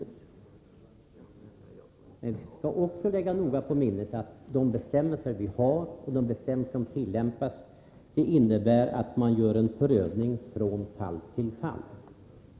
Men vi skall också noga lägga på minnet att de bestämmelser vi har och som tillämpas innebär att man gör en prövning från fall till fall.